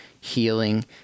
healing